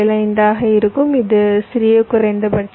75 ஆக இருக்கும் இது சிறிய குறைந்தபட்சம்